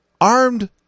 Armed